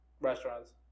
restaurants